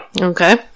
okay